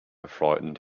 frightened